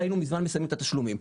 והיינו מזמן מסיימים את התשלומים,